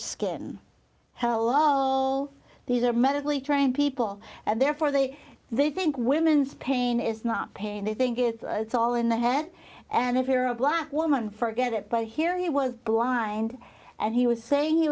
skin hello these are medically trained people and therefore they they think women's pain is not pain they think it's all in the head and if you're a black woman forget it by hearing it was blind and he was saying he